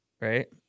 right